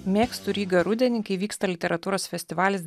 mėgstu rygą rudenį kai vyksta literatūros festivalis